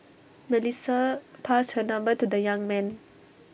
Melissa passed her number to the young man